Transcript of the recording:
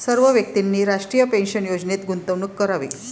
सर्व व्यक्तींनी राष्ट्रीय पेन्शन योजनेत गुंतवणूक करावी